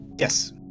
Yes